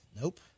Nope